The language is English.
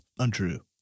untrue